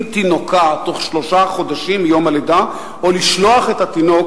תינוקה בתוך שלושה חודשים מיום הלידה או לשלוח את התינוק